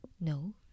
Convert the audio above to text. No